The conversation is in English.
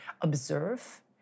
observe